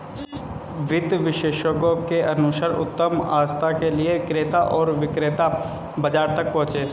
वित्त विशेषज्ञों के अनुसार उत्तम आस्था के लिए क्रेता और विक्रेता बाजार तक पहुंचे